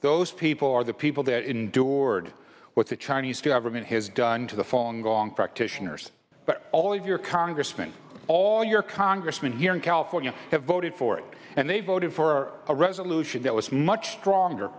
those people are the people that endured what the chinese government has done to the form gong practitioners but all of your congressman all your congressman here in california have voted for it and they voted for a resolution that was much stronger